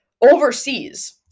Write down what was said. overseas